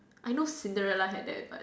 I know Cinderella had that but